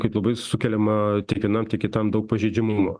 kaip labai sukeliama tiek vienam tiek kitam daug pažeidžiamumo